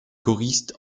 choristes